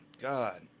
God